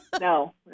no